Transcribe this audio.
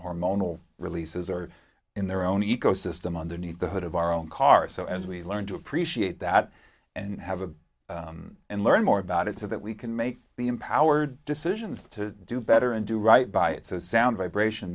hormonal releases are in their own ecosystem underneath the hood of our own car so as we learn to appreciate that and have a and learn more about it so that we can make the empowered decisions to do better and do right by it so sound vibration